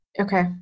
Okay